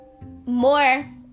more